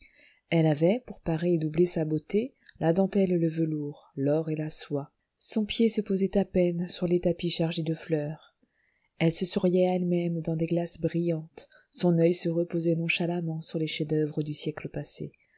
elle avait pour parer et doubler sa beauté la dentelle et le velours l'or et la soie son pied se posait à peine sur les tapis chargés de fleurs elle se souriait à elle-même dans des glaces brillantes son oeil se reposait nonchalamment sur les chefs-d'oeuvre du siècle passé